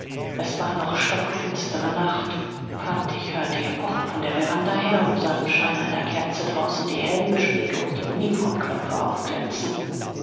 es war noch stockfinstere nacht fantig hörte ihr pochen von der veranda her und sah im schein einer kerze draußen die helmbeschläge und die uniformknöpfe aufglänzen